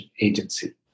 agency